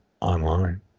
online